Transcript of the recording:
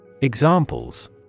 Examples